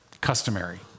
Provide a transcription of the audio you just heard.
customary